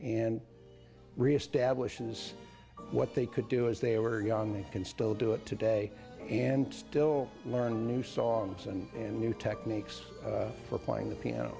and reestablishes what they could do as they were young they can still do it today and still learn new songs and and new techniques for playing the piano